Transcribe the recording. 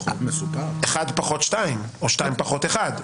אחד פחות שניים, או שניים פחות אחד.